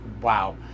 wow